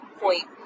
point